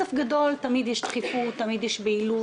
לכסף גדול תמיד יש דחיפות, תמיד יש בהילות.